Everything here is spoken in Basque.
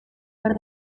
behar